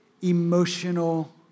emotional